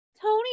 Tony